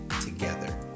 together